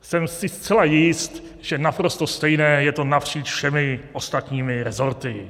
Jsem si zcela jist, že naprosto stejné je to napříč všemi ostatními resorty.